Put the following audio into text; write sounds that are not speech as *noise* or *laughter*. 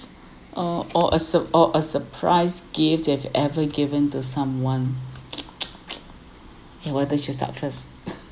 *noise* or or a sur~ or a surprise gift that have ever given to someone *noise* why don't you start first *laughs*